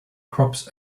crops